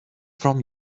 from